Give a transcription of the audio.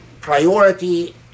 priority